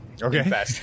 Okay